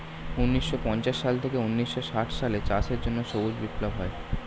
ঊন্নিশো পঞ্চাশ সাল থেকে ঊন্নিশো ষাট সালে চাষের জন্য সবুজ বিপ্লব হয়